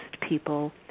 people